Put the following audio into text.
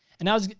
and i was,